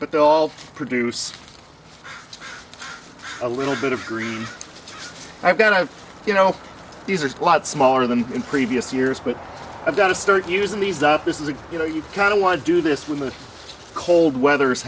but they all produce a little bit of green i've got to you know these are a lot smaller than in previous years but i've got to start using these up this is you know you kind of want to do this when the cold weather is